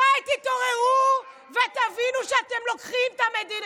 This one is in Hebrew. מתי תתעוררו ותבינו שאתם לוקחים את המדינה,